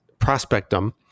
prospectum